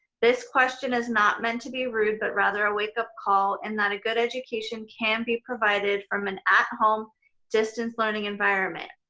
this question is not meant to be rude, but rather a wake up call and that a good education can be provided from an at-home distance learning environment.